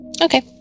Okay